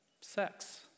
Sex